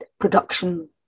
production